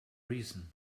reason